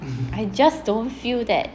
I just don't feel that